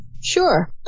Sure